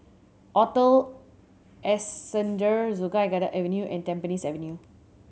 Hotel Ascendere Sungei Kadut Avenue and Tampines Avenue